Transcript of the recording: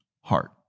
heart